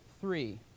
three